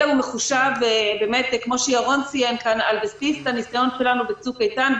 אלא הוא מחושב על בסיס הניסיון שלנו בצוק איתן.